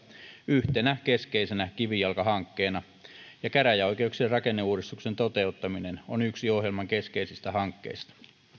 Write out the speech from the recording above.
yhtenä keskeisenä kivijalkahankkeena ja käräjäoikeuksien rakenneuudistuksen toteuttaminen on yksi ohjelman keskeisistä hankkeista